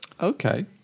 Okay